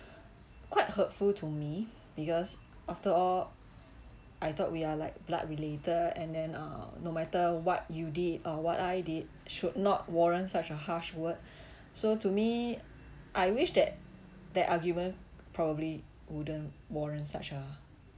quite hurtful to me because after all I thought we are like blood related and then uh no matter what you did or what I did should not warrant such a harsh word so to me I wish that that argument probably wouldn't warrant such a